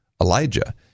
Elijah